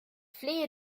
flehe